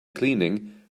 cleaning